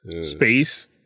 space